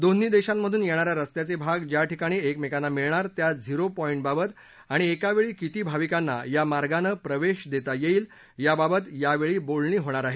दोन्ही देशांमधून येणा या रस्त्याचे भाग ज्या ठिकाणी एकमेकांना मिळणार त्या झिरो पॉईंटबाबत आणि एकावेळी किती भाविकांना या मार्गाने प्रवेश देता येईल याबाबत यावेळी बोलणी होणार आहेत